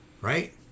Right